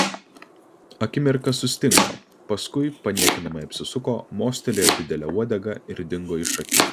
akimirką sustingo paskui paniekinamai apsisuko mostelėjo didele uodega ir dingo iš akių